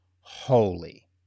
holy